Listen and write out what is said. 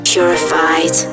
Purified